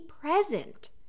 present